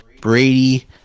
Brady